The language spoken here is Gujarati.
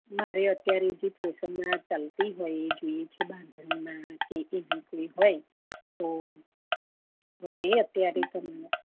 મારે અત્યારે જે ફેશન માં ચાલતી હોય એ જોઈએ છે બાંધણીમાં કે એવી કોઈ હોય તો બસ એ અત્યારે તમે